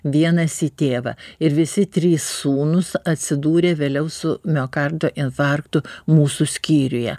vienas į tėvą ir visi trys sūnūs atsidūrė vėliau su miokardo infarktu mūsų skyriuje